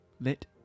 lit